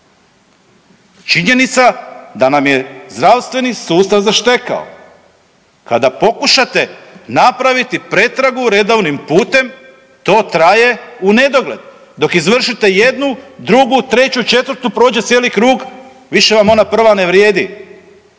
Činjenica da nam je zdravstveni sustav zaštekao. Kada pokušate napraviti pretragu redovnim putem to traje u nedogled. Dok izvršite jednu, drugu, treću, četvrtu prođe cijeli krug više vam ona prva na vrijedi